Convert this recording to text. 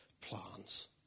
plans